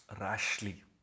rashly